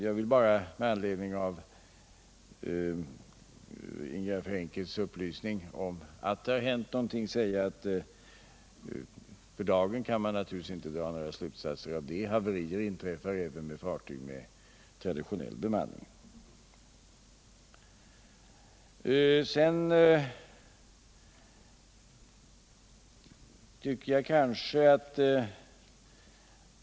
Jag vill bara med anledning av Ingegärd Frenkels upplysning att det har hänt någonting säga att man för dagen naturligtvis inte kan dra några slutsatser av det. Havcrier inträffar även med fartyg med traditionell bemanning.